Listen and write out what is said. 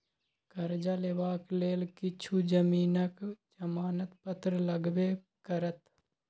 करजा लेबाक लेल किछु जमीनक जमानत पत्र लगबे करत